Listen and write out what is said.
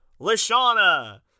Lashana